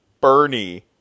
Bernie